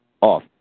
off